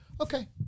Okay